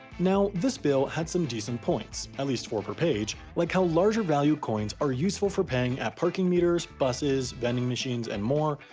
now, this bill had some decent points at least four per page like how larger value coins are useful for paying at parking meters, buses, vending machines, and more,